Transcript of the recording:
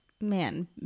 Man